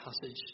passage